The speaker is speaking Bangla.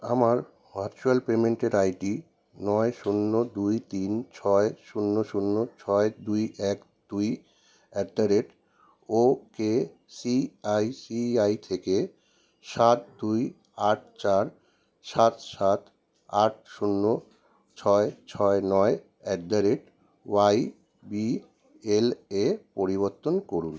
আমার ভার্চুয়াল পেমেন্টের আই ডি নয় শূন্য দুই তিন ছয় শূন্য শূন্য ছয় দুই এক দুই at the rate O K C I C I থেকে সাত দুই আট চার সাত সাত আট শূন্য ছয় ছয় নয় at the rate Y B L A পরিবর্তন করুন